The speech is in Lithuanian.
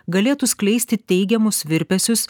galėtų skleisti teigiamus virpesius